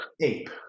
ape